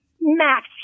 Max